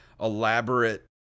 elaborate